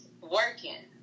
working